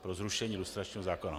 Pro zrušení lustračního zákona.